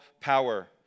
power